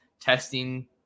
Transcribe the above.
testing